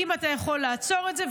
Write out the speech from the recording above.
האם אתה יכול לעצור את זה?